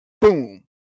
boom